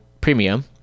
premium